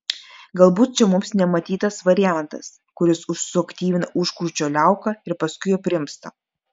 galbūt čia mums nematytas variantas kuris suaktyvina užkrūčio liauką ir paskui aprimsta